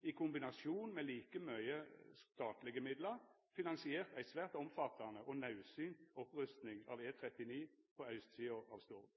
i kombinasjon med like mykje statlege midlar, finansiert ei svært omfattande og naudsynt opprusting av E39 på austsida av Stord.